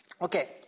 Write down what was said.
Okay